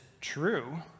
true